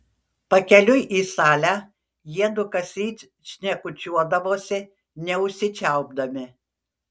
pakeliui į salę jiedu kasryt šnekučiuodavosi neužsičiaupdami